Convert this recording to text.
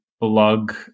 blog